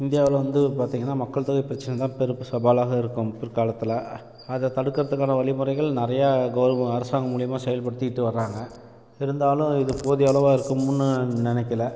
இந்தியாவில் வந்து பார்த்தீங்கன்னா மக்கள் தொகை பிரச்சனைதான் பெரும் சவாலாக இருக்கும் பிற்காலத்தில் அதை தடுக்கிறதுக்கான வழிமுறைகள் நிறையா கவர் அரசாங்கம் மூலிமா செயல்படுத்திக்கிட்டு வராங்க இருந்தாலும் இது போதிய அளவாக இருக்குமுன்னு நினைக்கல